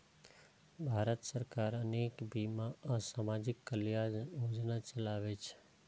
भारत सरकार अनेक बीमा आ सामाजिक कल्याण योजना चलाबै छै